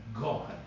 God